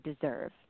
deserve